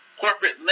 corporate